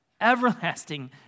everlasting